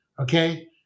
Okay